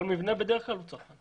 כל מבנה, בדרך כלל, הוא צרכן.